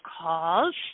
calls